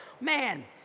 Man